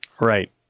Right